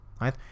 right